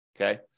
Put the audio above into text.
okay